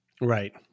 Right